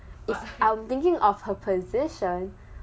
but I'm thinking of her position